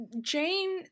Jane